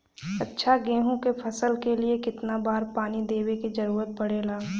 अच्छा गेहूँ क फसल के लिए कितना बार पानी देवे क जरूरत पड़ेला?